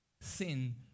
sin